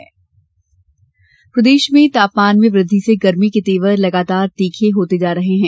मौसम प्रदेश में तापमान में वृद्धि से गरमी के तेवर लगातार तीखे होते जा रहे हैं